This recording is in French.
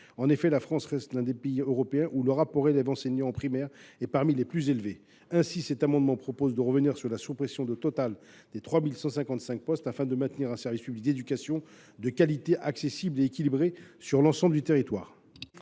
En effet, la France reste l’un des pays européens où le ratio élèves enseignant en primaire est parmi les plus élevés. Aussi s’agit il de revenir sur la suppression des 3 155 postes afin de maintenir un service public d’éducation de qualité accessible et équilibrée sur l’ensemble du territoire.